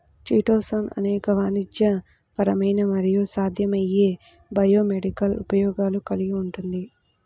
chitosan అనేక వాణిజ్యపరమైన మరియు సాధ్యమయ్యే బయోమెడికల్ ఉపయోగాలు కలిగి ఉంటుంది